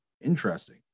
Interesting